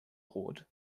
rot